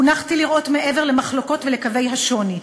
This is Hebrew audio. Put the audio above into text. חונכתי לראות מעבר למחלוקות ולקווי השוני.